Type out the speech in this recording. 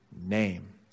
name